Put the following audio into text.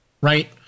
right